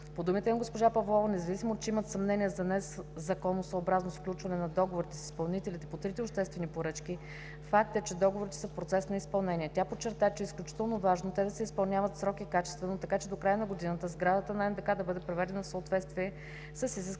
По думите на госпожа Павлова, независимо че имат съмнения за незаконосъобразно сключване на договорите с изпълнителите по трите обществени поръчки, факт е, че договорите са в процес на изпълнение. Тя подчерта, че е изключително важно те да се изпълняват в срок и качествено, така че до края на годината сградата на НДК да бъде приведена в съответствие с